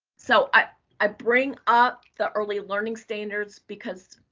so i i bring up the early learning standards because